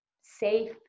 safe